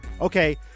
Okay